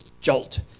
jolt